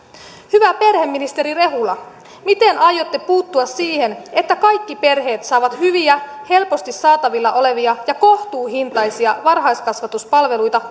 hyvä perheministeri rehula miten aiotte puuttua siihen että kaikki perheet saavat hyviä helposti saatavilla olevia ja kohtuuhintaisia varhaiskasvatuspalveluita